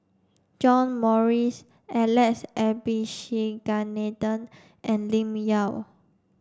John Morrice Alex Abisheganaden and Lim Yau